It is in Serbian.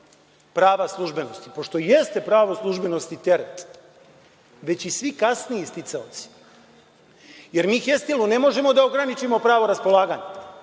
prava slubženosti, pošto i jeste pravo službenosti teret, već i svi kasniji sticaoci. Jer mi „Hestilo“ ne možemo da ograničimo pravo raspolaganja,